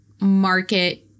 market